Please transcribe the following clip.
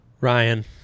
Ryan